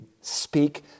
speak